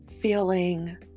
feeling